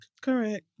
correct